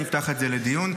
נפתח את זה לדיון.